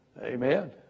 Amen